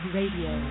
Radio